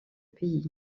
pays